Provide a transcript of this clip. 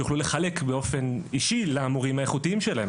שיוכלו לחלק באופן אישי למורים האיכותיים שלהם,